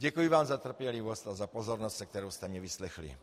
Děkuji vám za trpělivost a za pozornost, se kterou jste mě vyslechli.